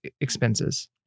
expenses